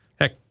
Heck